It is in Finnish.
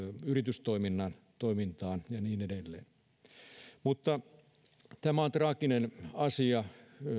yritystoiminnan toimintaan ja niin edelleen tämä on traaginen asia